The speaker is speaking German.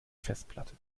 festplatte